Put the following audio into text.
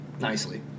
nicely